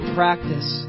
practice